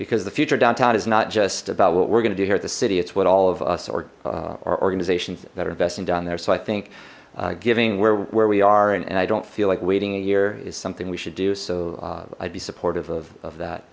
because the future downtown is not just about what we're going to do here at the city it's what all of us or our organizations that are investing down there so i think giving where where we are and i don't feel like waiting a year is something we should do so i'd be supportive of that